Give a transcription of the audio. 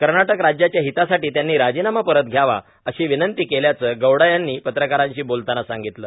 कर्नाटक राज्याच्या हितासाठी त्यांनी राजीनामा परत घ्यावा अशी विनंती केल्याचं गौडा यांनी पत्रकारांशी बोलताना सांगितलं